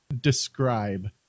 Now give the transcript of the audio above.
describe